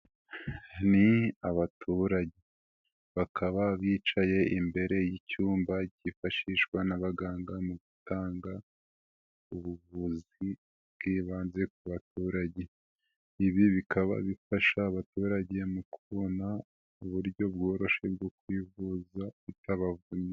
Ni abaturage, bakaba bicaye imbere y'icyumba cyifashishwa n'abaganga mu gutanga ubuvuzi bw'ibanze ku baturage, ibi bikaba bifasha abaturage mu kubona uburyo bworoshye bwo kwivuza bitabavunnye.